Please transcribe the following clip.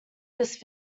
this